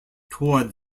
toward